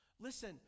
Listen